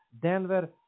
Denver